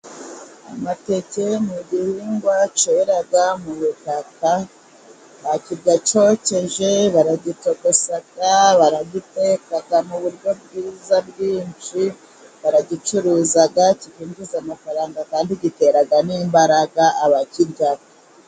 Amateke ni gihingwa cyera mu butaka. Bakirya cyokeje, baragitogosa, baragiteka mu buryo bwiza bwinshi. Baragicuruza kikinjiza amafaranga, kandi gitera n'imbaraga abakiryaho.